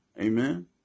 Amen